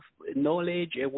knowledge